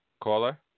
Caller